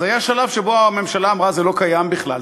אז היה שלב שבו הממשלה אמרה: זה לא קיים בכלל,